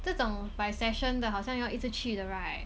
这种 by session 的好像要一直去的 right